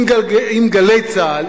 עם "גלי צה"ל",